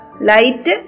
light